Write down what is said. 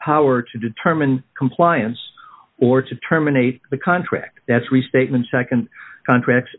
power to determine compliance or to terminate the contract that's restatements nd contract